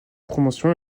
promotion